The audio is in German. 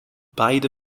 beide